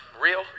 real